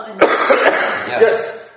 Yes